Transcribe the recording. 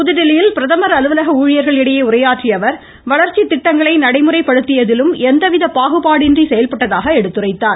புதுதில்லியில் பிரதமர் அலுவலக ஊழியர்கள் இடையே உரையாற்றிய அவர் வளர்ச்சி திட்டங்களை நடைமுறைப்படுத்தியதிலும் எவ்வித பாகுபாடின்றி செயல்பட்டதாகவும் எடுத்துரைத்தார்